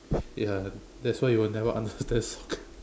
ya that's why you will never understand soccer